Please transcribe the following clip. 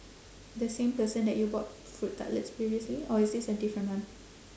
the same person that you bought fruit tartlets previously or is this a different one